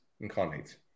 Incarnate